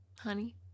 Honey